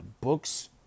Books